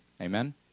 Amen